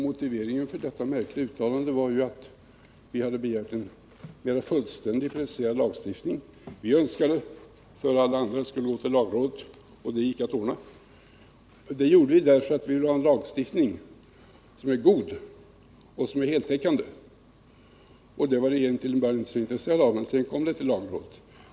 Motiveringen för detta märkliga uttalande var ju att vi hade begärt en mera fullständig och preciserad lagstiftning. Vi önskade, före alla andra, att den skulle gå till lagrådet, och det gick också att ordna. Det gjorde vi därför att vi ville ha en lagstiftning som är god och som är heltäckande. Detta var regeringen till en början inte intresserad av, men sedan kom lagförslaget till lagrådet.